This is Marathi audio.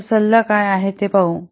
तर सल्ला काय असेल ते पाहू